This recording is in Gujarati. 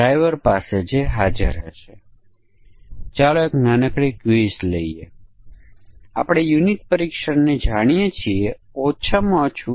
પછી આપણી પાસે 1 સમકક્ષ વર્ગ હશે જે માન્ય છે અને ત્યાં બે અમાન્ય સમકક્ષ વર્ગ છે જે 1 કરતા ઓછો અને 5000 થી વધુ છે